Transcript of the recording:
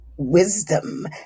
wisdom